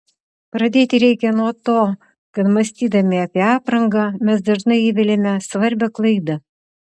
pradėti reikia nuo to kad mąstydami apie aprangą mes dažnai įveliame svarbią klaidą